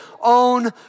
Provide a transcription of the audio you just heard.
own